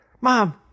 Mom